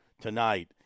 tonight